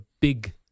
big